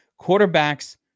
quarterbacks